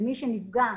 למי שנפגע,